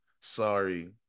sorry